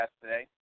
today